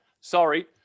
sorry